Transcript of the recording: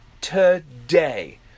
today